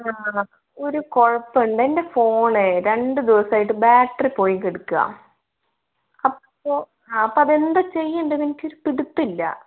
ആ ഒരു കുഴപ്പമുണ്ട് എൻ്റെ ഫോണേ രണ്ട് ദിവസമായിട്ട് ബാറ്ററി പോയി കിടക്കുവാണ് അപ്പോൾ അപ്പം അതെന്താണ് ചെയ്യേണ്ടത് എനിക്കൊരു പിടിത്തമില്ല